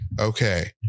okay